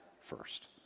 first